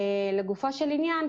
לגופו של עניין,